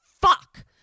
fuck